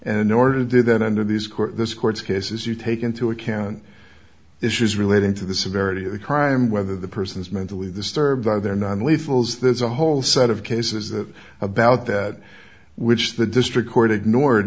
and in order to do that under these court this court's cases you take into account issues relating to the severity of the crime whether the person is mentally disturbed by their non lethal zz there's a whole set of cases that about that which the district court ignored